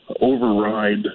override